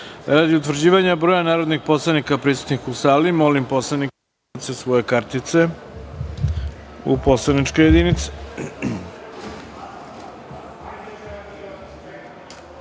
utvrđivanja broja narodnih poslanika prisutnih u sali, molim poslanike da ubace svoje kartice u poslaničke